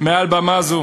מעל במה זו,